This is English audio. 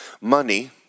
Money